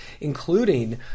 including